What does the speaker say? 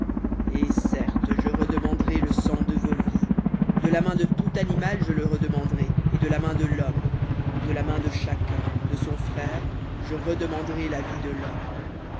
et certes je redemanderai le sang de vos vies de la main de tout animal je le redemanderai et de la main de l'homme de la main de chacun de son frère je redemanderai la vie de l'homme